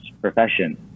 profession